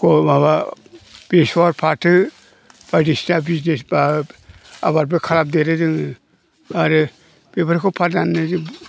गय माबा बेसर फाथो बायदिसिना बिजनेस बा आबादबो खालामदेरो जोङो आरो बेफोरखौ फाननानै